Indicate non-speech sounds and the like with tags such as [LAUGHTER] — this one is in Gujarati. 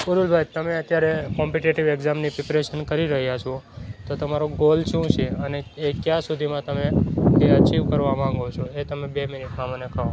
[UNINTELLIGIBLE] ભાઈ તમે અત્યારે કોમ્પિટિટિવ એક્જામની પ્રિપરેશન કરી રહ્યા છો તો તમારો ગોલ શું છે અને એ કયાં સુધીમાં તમે એ અચીવ કરવા માગો છો એ તમે બે મિનિટમાં મને કહો